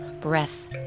breath